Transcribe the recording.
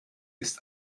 ist